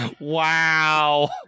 wow